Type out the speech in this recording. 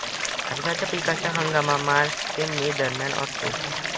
भारतात पिकाचा हंगाम मार्च ते मे दरम्यान असतो